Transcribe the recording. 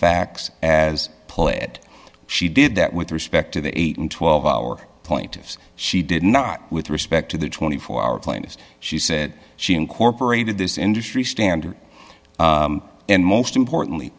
facts as put she did that with respect to the eight and twelve hour point she did not with respect to the twenty four hour plaintiffs she said she incorporated this industry standard and most importantly